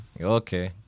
Okay